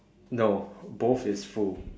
no both is full